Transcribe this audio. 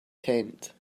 tent